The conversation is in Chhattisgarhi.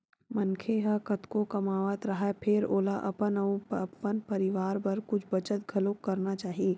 मनखे ह कतको कमावत राहय फेर ओला अपन अउ अपन परवार बर कुछ बचत घलोक करना चाही